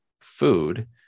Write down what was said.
food